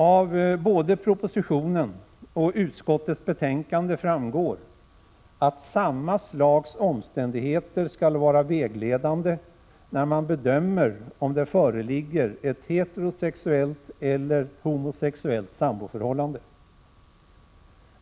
I både propositionen och utskottets betänkande framgår att samma slags omständigheter skall vara vägledande när man bedömer om det föreligger ett heterosexuellt eller homosexuellt samboförhållande.